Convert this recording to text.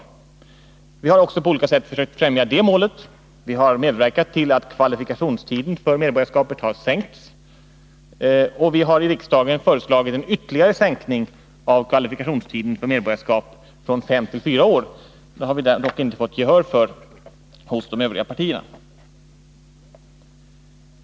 Också det målet har vi på olika sätt försökt främja. Vi har medverkat till att kvalifikationstiden för medborgarskap har sänkts samt i riksdagen föreslagit en ytterligare sänkning för utomnordiska invandrare från fem till fyra år. Det förslaget har vi dock inte fått gehör för hos de övriga partierna.